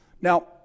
Now